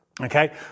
Okay